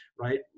right